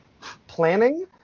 planning